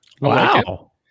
Wow